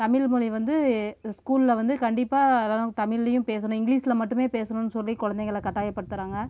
தமிழ்மொழி வந்து ஸ்கூலில் வந்து கண்டிப்பாக அதெல்லாம் தமிழ்லேயும் பேசணும் இங்கிலீஷில் மட்டுமே பேசணும்னு சொல்லி குழந்தைகள கட்டாயப்படுத்துகிறாங்க